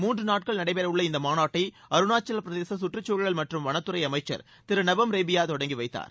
மூன்று நாட்கள் நடைபெறவுள்ள இந்த மாநாட்டை அருணாச்சவப்பிரதேச சுற்றுச்சூழல் மற்றும் வனத்துறை அமைச்சர் திரு நபம் ரேபியா தொடங்கி வைத்தார்